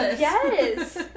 Yes